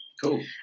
Cool